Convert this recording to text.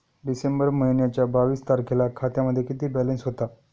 डिसेंबर महिन्याच्या बावीस तारखेला खात्यामध्ये किती बॅलन्स होता?